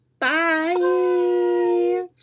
Bye